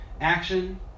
Action